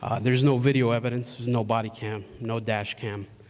ah there's no video evidence, there's no body cam, no dash cam.